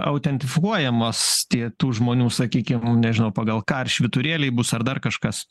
autentifikuojamos tie tų žmonių sakykim nežinau pagal ką ar švyturėliai bus ar dar kažkas